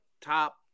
top